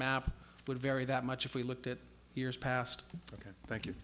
map would vary that much if we looked at years past ok thank you